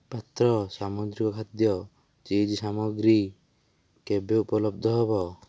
ପାତ୍ର ସାମୁଦ୍ରିକ ଖାଦ୍ୟ ଚିଜ୍ ସାମଗ୍ରୀ କେବେ ଉପଲବ୍ଧ ହେବ